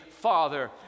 Father